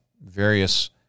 various